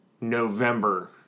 November